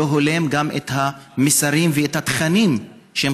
לא הולם גם את המסרים ואת התכנים שהם